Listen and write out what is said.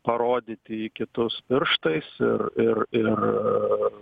parodyti į kitus pirštais ir